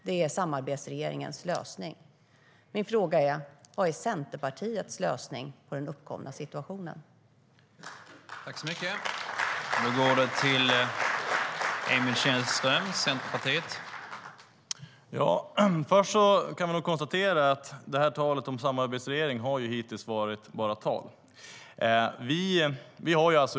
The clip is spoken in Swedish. Det är samarbetsregeringens lösning.